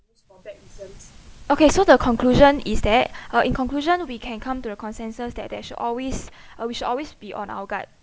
okay so the conclusion is that uh in conclusion we can come to the consensus that there should always uh we should always be on our guard